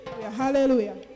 Hallelujah